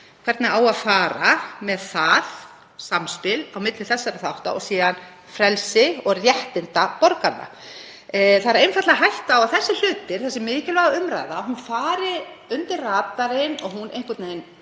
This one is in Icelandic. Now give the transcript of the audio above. hvernig fara á með samspil á milli þessara þátta og síðan frelsi og réttindi borgaranna. Það er einfaldlega hætta á að þessir hlutir, þessi mikilvæga umræða, fari undir radarinn og dreifist